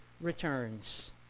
returns